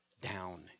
down